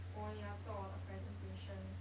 我也要做我的 presentation